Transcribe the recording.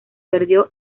perdió